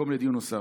מקום לדיון נוסף.